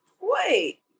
Wait